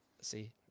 See